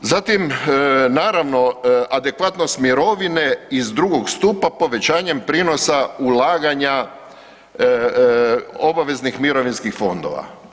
Zatim naravno adekvatnost mirovine iz drugog stupa povećanjem prinosa ulaganja obveznih mirovinskih fondova.